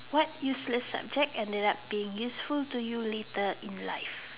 what useless subject ended up being useful to you later in life